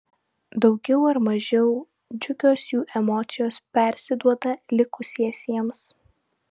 daugiau ar mažiau džiugios jų emocijos persiduoda likusiesiems